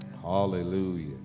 Hallelujah